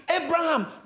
Abraham